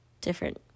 different